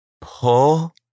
pull